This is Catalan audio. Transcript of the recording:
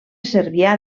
cervià